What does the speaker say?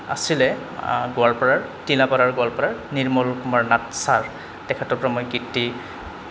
আছিলে গোৱালপাৰাৰ তিলাপাৰাৰ গোৱালপাৰাৰ নিৰ্মল কুমাৰ নাাথ ছাৰ তেখেতৰ পৰা মই কীৰ্তি